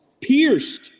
pierced